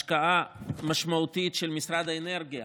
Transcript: השקעה משמעותית של משרד האנרגיה,